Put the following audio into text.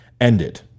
ended